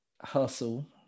hustle